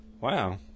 Wow